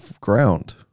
ground